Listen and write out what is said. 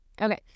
Okay